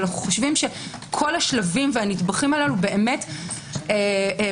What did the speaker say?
אבל כל השלבים והנדבכים הללו באמת מגנים